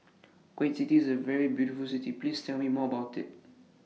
Kuwait City IS A very beautiful City Please Tell Me More about IT